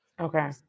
Okay